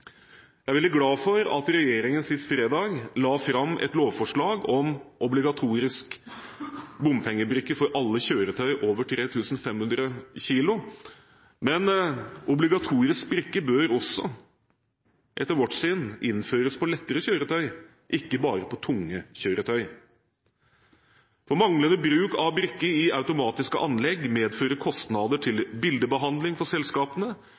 Jeg er veldig glad for at regjeringen sist fredag la fram et lovforslag om obligatorisk bompengebrikke for alle kjøretøy over 3 500 kilo. Men obligatorisk brikke bør også etter vårt syn innføres for lettere kjøretøy, ikke bare for tunge kjøretøy. Manglende brikke i automatiske anlegg medfører kostnader til bildebehandling for selskapene.